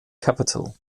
capital